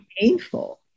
painful